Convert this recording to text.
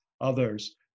others